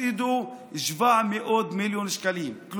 תגידו שזוג צעיר במשך 20 שנה לא יוכל לקנות דירה במדינת